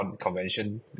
convention